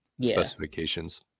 specifications